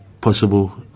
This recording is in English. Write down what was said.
possible